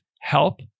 help